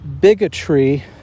bigotry